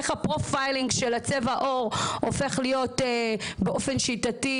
איך הפרופיילינג של צבע העור הופך להיות באופן שיטתי